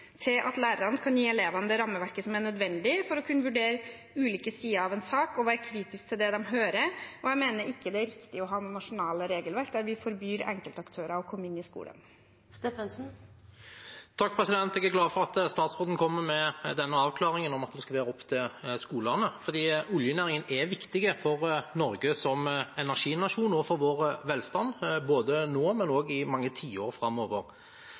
til at lærerne kan gi elevene det rammeverket som er nødvendig for å kunne vurdere ulike sider av en sak og være kritisk til det de hører. Jeg mener ikke det er riktig å ha nasjonale regelverk der vi forbyr enkeltaktører å komme inn i skolen. Jeg er glad for at statsråden kommer med denne avklaringen om at det skal være opp til skolene, for oljenæringen er viktig for Norge som energinasjon og for vår velstand nå, men vil også være det i mange tiår framover.